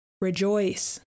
Rejoice